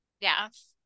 Yes